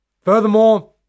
Furthermore